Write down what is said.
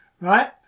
right